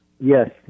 Yes